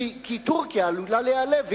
כי טורקיה עלולה להיעלב,